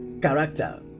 Character